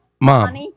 Mom